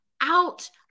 out